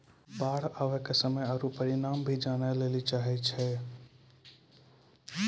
बाढ़ आवे के समय आरु परिमाण भी जाने लेली चाहेय छैय?